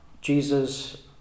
Jesus